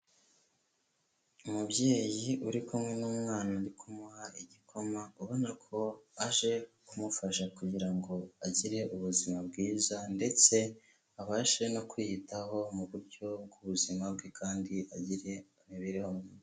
Umubyeyi uri kumwe n'umwana uri kumuha igikoma, ubona ko aje kumufasha kugira ngo agire ubuzima bwiza ndetse abashe no kwiyitaho mu buryo bw'ubuzima bwe kandi agire imibereho myiza.